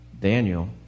Daniel